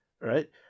right